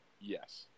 Yes